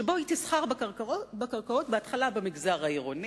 שבו היא תסחר בקרקעות, בהתחלה במגזר העירוני,